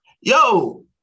yo